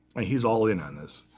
ah he's all in on this.